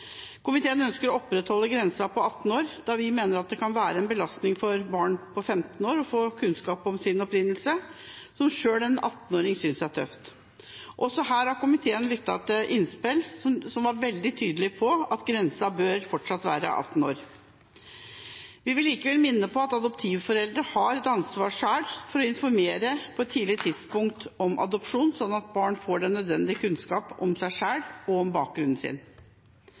Komiteen ønsker å opprettholde grensa på 18 år, da vi mener at det kan være en belastning for barn på 15 år å få kunnskap om sin opprinnelse, noe selv en 18-åring synes er tøft. Også her har komiteen lyttet til innspill som var veldig tydelige på at grensa fortsatt bør være 18 år. Vi vil likevel minne om at adoptivforeldre selv har ansvar for å informere på et tidlig tidspunkt om adopsjon, sånn at barn får den nødvendige kunnskapen om seg selv og om bakgrunnen sin.